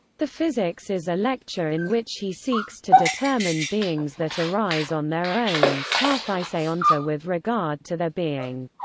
the physics is a lecture in which he seeks to determine beings that arise on their own, ta phusei onta, with regard to their being.